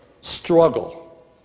struggle